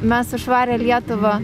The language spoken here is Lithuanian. mes už švarią lietuvą